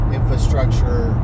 infrastructure